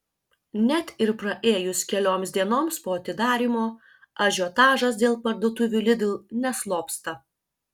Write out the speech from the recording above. net ir praėjus kelioms dienoms po atidarymo ažiotažas dėl parduotuvių lidl neslopsta